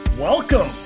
Welcome